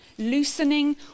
loosening